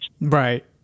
Right